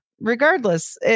Regardless